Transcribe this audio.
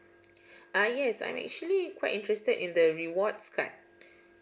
uh yes I'm actually quite interested in the rewards card